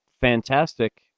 fantastic